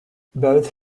both